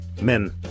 men